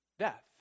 death